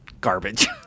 garbage